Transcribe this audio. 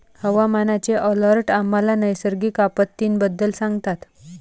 हवामानाचे अलर्ट आम्हाला नैसर्गिक आपत्तींबद्दल सांगतात